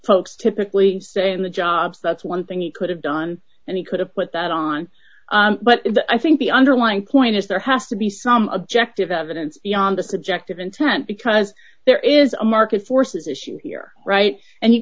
folks typically say in the job that's one thing he could have done and he could have put that on but i think the underlying point is there has to be some objective evidence beyond the subjective intent because there is a market forces issue here right and you